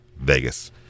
Vegas